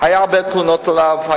היו הרבה תלונות עליו.